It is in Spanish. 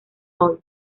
hall